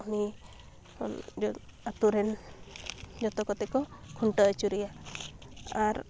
ᱩᱱᱤ ᱟᱛᱳ ᱨᱮᱱ ᱡᱚᱛᱚ ᱠᱚᱛᱮᱠᱚ ᱠᱷᱩᱱᱴᱟᱹᱣ ᱟᱹᱪᱩᱨᱮᱭᱟ ᱟᱨ